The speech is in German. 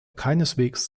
keineswegs